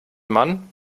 man